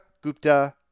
Gupta